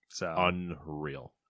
Unreal